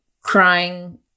crying